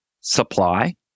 supply